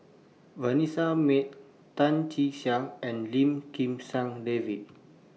Vanessa Mae Tan Che Sang and Lim Kim San David